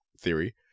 theory